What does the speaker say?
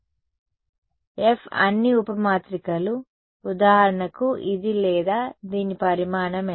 కాబట్టి F అన్ని ఉప మాత్రికలు ఉదాహరణకు ఇది లేదా దీని పరిమాణం ఎంత